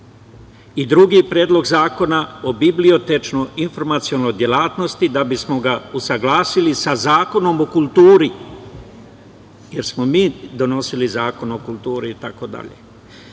Drugi - Predlog zakona o bibliotečko-informacionoj delatnosti, da bismo ga usaglasili za Zakonom o kulturi, jer smo mi donosili Zakon o kulturi itd. Kada